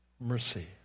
mercy